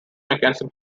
mechanism